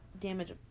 damage